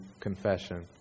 confession